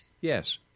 Yes